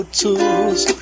tools